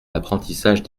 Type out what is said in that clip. l’apprentissage